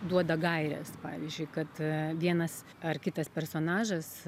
duoda gaires pavyzdžiui kad vienas ar kitas personažas